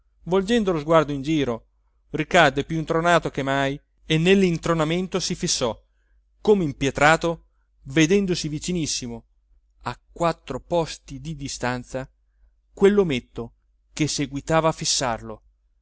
volgendo lo sguardo in giro ricadde più intronato che mai e nellintronamento si fissò come impietrato vedendosi vicinissimo a quattro posti di distanza quellometto che seguitava a fissarlo